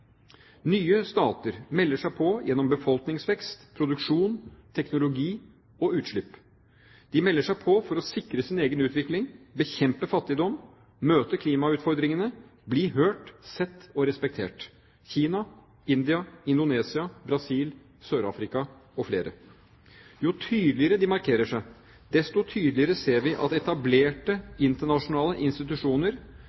Nye stater melder seg på gjennom befolkningsvekst, produksjon, teknologi og utslipp. De melder seg på for å sikre sin egen utvikling, bekjempe fattigdom, møte klimautfordringene, bli hørt, sett og respektert: Kina, India, Indonesia, Brasil, Sør-Afrika og flere. Jo tydeligere de markerer seg, desto tydeligere ser vi at